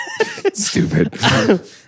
Stupid